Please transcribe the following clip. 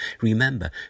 Remember